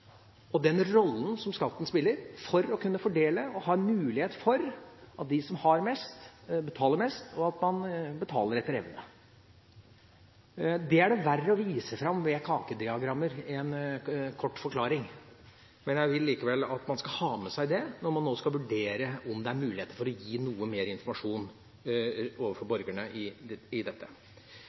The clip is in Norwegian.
den rollen som skatten spiller for å kunne fordele og ha en mulighet for at de som har mest, også betaler mest, og at man betaler etter evne. Det er det vanskeligere å vise fram med kakediagrammer, en kort forklaring. Men jeg vil likevel at man skal ha med seg det når man nå skal vurdere om det er muligheter for å gi noe mer informasjon til borgerne